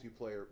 multiplayer